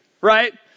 right